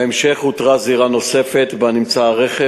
בהמשך אותרה זירה נוספת ובה נמצא הרכב